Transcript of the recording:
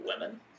women